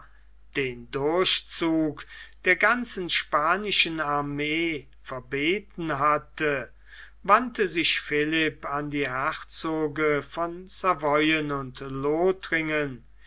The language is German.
den durchzug der ganzen spanischen armee verbeten hatte wandte sich philipp an die herzoge von savoyen und lothringen